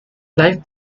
life